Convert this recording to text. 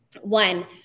One